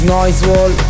NoiseWall